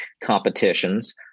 competitions